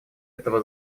этого